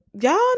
y'all